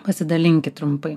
pasidalinkit trumpai